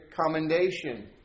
commendation